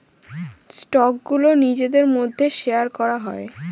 স্টকগুলো নিজেদের মধ্যে শেয়ার করা হয়